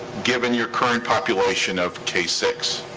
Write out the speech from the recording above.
given your current population of k six.